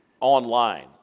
online